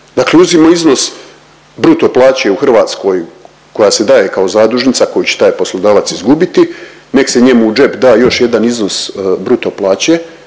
uzima iznos bruto plaće u Hrvatskoj koja se daje kao zadužnica koju će taj poslodavac izgubiti, nek se njemu u džep da još jedan iznos bruto plaće,